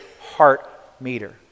heart-meter